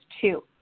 two